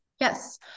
Yes